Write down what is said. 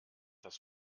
das